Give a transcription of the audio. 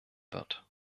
wird